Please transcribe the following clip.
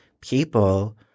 people